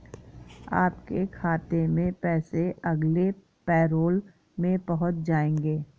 आपके खाते में पैसे अगले पैरोल में पहुँच जाएंगे